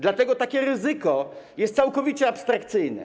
Dlatego takie ryzyko jest całkowicie abstrakcyjne.